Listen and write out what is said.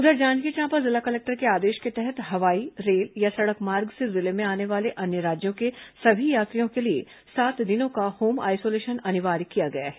उधर जांजगीर चांपा जिला कलेक्टर के आदेश के तहत हवाई रेल या सड़क मार्ग से जिले में आने वाले अन्य राज्यों के सभी यात्रियों के लिए सात दिनों का होम आइसोलेशन अनिवार्य किया गया है